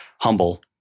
humble